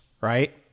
right